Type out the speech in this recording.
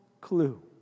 clue